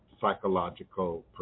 psychological